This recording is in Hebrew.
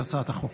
את הצעת החוק.